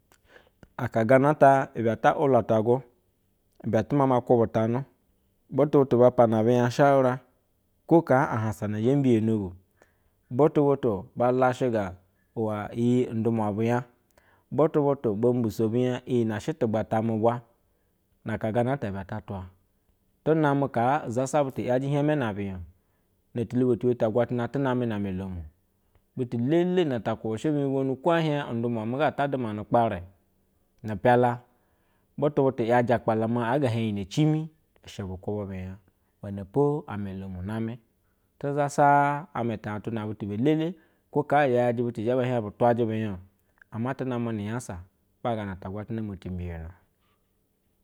Aka gana ibe ata ululuta ibe atuma ma kube tanu butuba pana biyan shura ka ko lea hansa zhe mbiyono, bu butu butu balashe iye alumnabiyan butu butu biso biyam iyi ne shɛ tugba ta ame bula na aka ganata ibe ata atwa tume ka izasa butu yaje hama n binyao izo thubo tibe ta agwa ta tu niane na ame olumu butu lele na ta kube shi linya ko ehie ndumua muga ata duma nu kpare, ma ye butu butu iya je aga heini cirni she bu kube bimya wene po ume olumu name tajasa ama tuna lele ko yajɛ butu zhebe hie butwajɛ o ama tuna menu vu yasa m gana ta agwatana tumbiyon